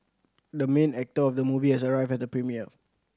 the main actor of the movie has arrived at the premiere